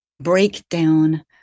breakdown